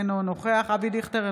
אינו נוכח אבי דיכטר,